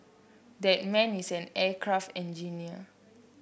that man is an aircraft engineer